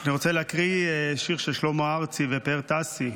אני רוצה להקריא שיר של שלמה ארצי ופאר טסי,